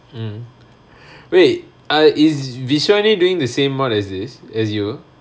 mm wait err is vishoni doing the same module as this as you